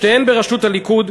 שתיהן בראשות הליכוד,